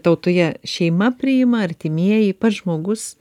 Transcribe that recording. tautoje šeima priima artimieji pats žmogus